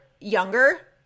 younger